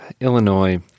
Illinois